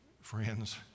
friends